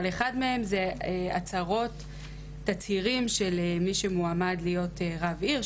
אבל אחד מהם זה תצהירים של מי שמועמד להיות רב עיר,